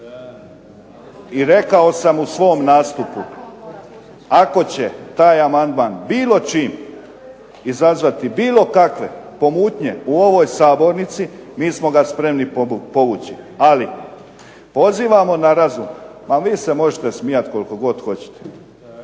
I rekao sam u svom nastupu, ako će taj amandman bilo čim izazvati bilo kakve pomutnje u ovoj sabornici mi smo ga spremni povući. Ali pozivamo na razum, a vi se možete smijati koliko god hoćete. Vi